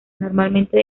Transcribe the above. normalmente